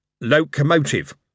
locomotive